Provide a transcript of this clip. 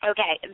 Okay